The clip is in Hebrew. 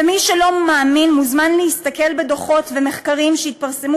ומי שלא מאמין מוזמן להסתכל בדוחות ומחקרים שהתפרסמו